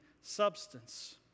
substance